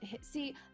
see